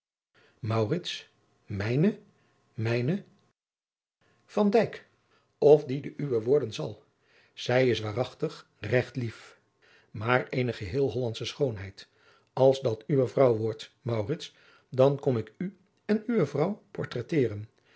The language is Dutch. mijne mijne van dijk of die de uwe worden zal zij is waarachtig regt lief maar eene geheel hollandsche adriaan loosjes pzn het leven van maurits lijnslager schoonheid als dat uwe vrouw wordt maurits dan kom ik u en uwe vrouw